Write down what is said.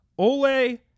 Ole